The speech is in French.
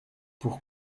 pour